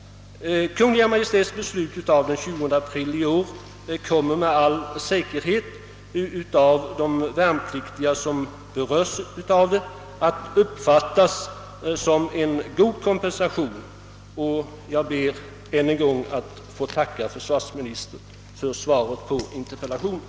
Kungl. Maj:ts beslut av den 20 april i år kommer med all säkerhet av de värnpliktiga som berörs att uppfattas som en god kompensation, och jag ber att än en gång få tacka försvarsministern för svaret på interpellationen.